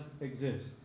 exist